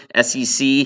SEC